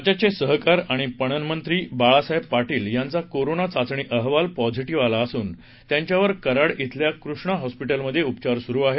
राज्याचे सहकार आणि पणन मंत्री बाळासाहेब पाटील यांचा कोरोना चाचणी अहवाल पॉझिटीव्ह आला असून त्यांच्यावर कराड ी केल्या कृष्णा हॉस्पिटलमध्ये उपचार सुरु आहेत